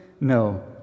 No